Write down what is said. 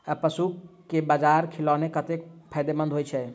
पशुसभ केँ बाजरा खिलानै कतेक फायदेमंद होइ छै?